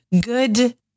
Good